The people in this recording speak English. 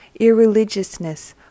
irreligiousness